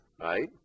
right